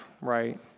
right